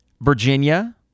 Virginia